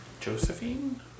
josephine